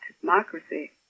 democracy